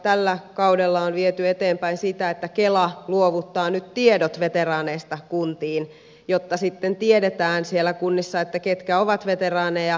tällä kaudella on viety eteenpäin sitä että kela luovuttaa nyt tiedot veteraaneista kuntiin jotta sitten tiedetään siellä kunnissa ketkä ovat veteraaneja